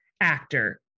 actor